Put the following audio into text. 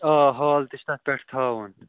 آ ہال تہِ چھِ تَتھ پٮ۪ٹھٕ تھاوُن